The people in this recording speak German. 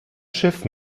schiff